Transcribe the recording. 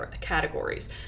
categories